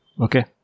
Okay